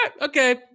okay